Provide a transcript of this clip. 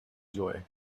joy